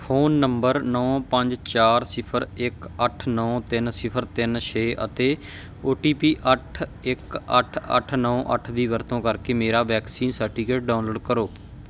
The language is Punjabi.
ਫੋਨ ਨੰਬਰ ਨੌ ਪੰਜ ਚਾਰ ਸਿਫਰ ਇੱਕ ਅੱਠ ਨੌ ਤਿੰਨ ਸਿਫਰ ਤਿੰਨ ਛੇ ਅਤੇ ਔ ਟੀ ਪੀ ਅੱਠ ਇੱਕ ਅੱਠ ਅੱਠ ਨੌ ਅੱਠ ਦੀ ਵਰਤੋਂ ਕਰਕੇ ਮੇਰਾ ਵੈਕਸੀਨ ਸਰਟੀਫਿਕੇਟ ਡਾਊਨਲੋਡ ਕਰੋ